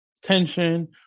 tension